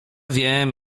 wiem